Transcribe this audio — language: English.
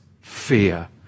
fear